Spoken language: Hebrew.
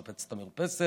לשפץ את המרפסת,